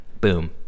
boom